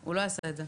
הוא לא יעשה את זה.